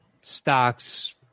Stocks